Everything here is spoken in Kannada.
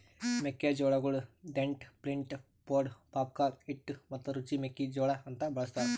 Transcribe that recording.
ಮೆಕ್ಕಿ ಜೋಳಗೊಳ್ ದೆಂಟ್, ಫ್ಲಿಂಟ್, ಪೊಡ್, ಪಾಪ್ಕಾರ್ನ್, ಹಿಟ್ಟು ಮತ್ತ ರುಚಿ ಮೆಕ್ಕಿ ಜೋಳ ಅಂತ್ ಬಳ್ಸತಾರ್